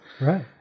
Right